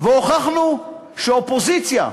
והוכחנו שאופוזיציה,